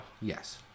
Yes